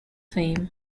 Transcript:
fame